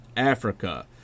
Africa